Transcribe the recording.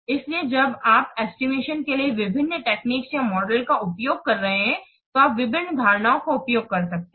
इसलिए जब आप एस्टिमेशन के लिए विभिन्न टेक्निक या मॉडल का उपयोग कर रहे हैं तो आप विभिन्न धारणाओं का उपयोग कर सकते हैं